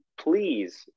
please